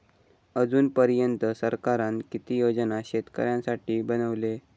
अजून पर्यंत सरकारान किती योजना शेतकऱ्यांसाठी बनवले?